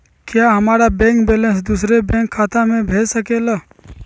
क्या हमारा bank balance दूसरे बैंक खाता में भेज सके ला?